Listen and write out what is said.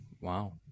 wow